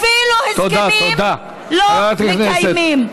אפילו הסכמים לא מקיימים.